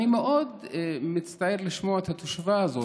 אני מאוד מצטער לשמוע את התשובה הזאת.